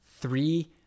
three